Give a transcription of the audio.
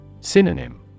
Synonym